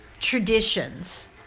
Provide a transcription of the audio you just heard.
traditions